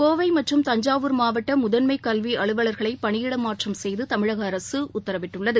கோவை மற்றும் தஞ்சாவூர் மாவட்ட முதன்மை கல்வி அலுவலர்களை பணியிட மாற்றம் செய்து தமிழக அரசு உத்தரவிட்டுள்ளது